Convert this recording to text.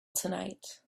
tonight